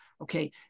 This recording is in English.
Okay